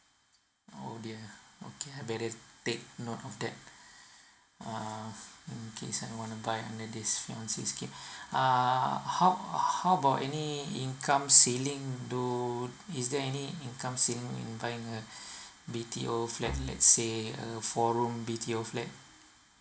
oh dear okay I better take note of that uh mm in case I want to buy under this fiance scheme uh how how about any income ceiling do is there any income ceiling in buying a B_T_O falt let's say a four room B_T_O flat